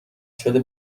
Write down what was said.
شده